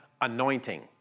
anointing